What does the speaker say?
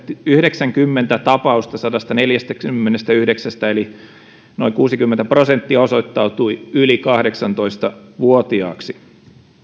yhdeksänkymmentä tapausta sadastaneljästäkymmenestäyhdeksästä eli noin kuusikymmentä prosenttia osoittautui yli kahdeksantoista vuotiaaksi